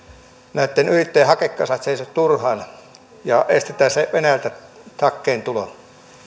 näitten yrittäjien hakekasat seiso turhaan ja jotta estetään se hakkeen tulo